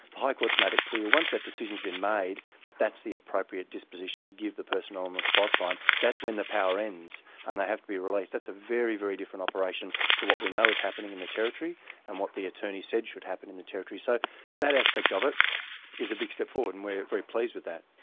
the high court has made it clear once that decision has been made, that that's the appropriate disposition to give the person an on the spot fine. that's when the power ends and they have to be released. that's a very, very different operation to what we know is happening in the territory and what the attorney said should happen in the territory. so that aspect of it is a big step forward and we are very pleased with that.